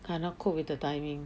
cannot cope with the timing